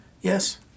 Yes